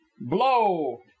Blow